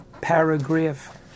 paragraph